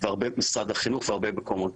הרבה במשרד החינוך והרבה מקומות.